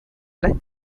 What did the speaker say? las